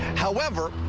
however.